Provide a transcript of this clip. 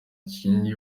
kindi